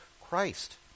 christ